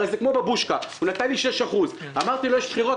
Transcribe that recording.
הרי זה כמו בבושקה: הוא נתן לי 6%. אמרתי לו: יש בחירות,